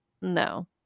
no